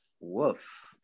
Woof